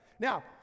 Now